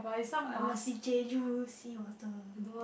I must be Jeju sea water